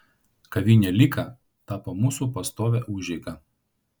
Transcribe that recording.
kavinė lika tapo mūsų pastovia užeiga